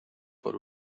por